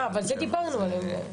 אה, אבל דיברנו על העניין.